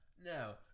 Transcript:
No